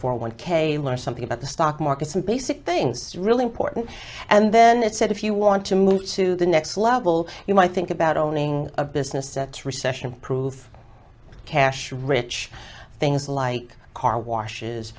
four one k learn something about the stock market some basic things really important and then it said if you want to move to the next level you might think about owning a business a recession proof cash rich things like car washes